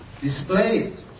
displayed